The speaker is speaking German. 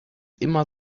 immer